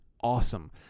awesome